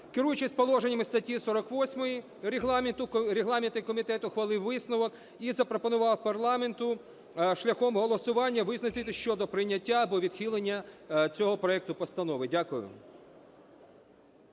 Керуючись положеннями статті 48, регламентний комітет ухвалив висновок і запропонував парламенту шляхом голосування визначитись щодо прийняття або відхилення цього проекту Постанови. Дякую.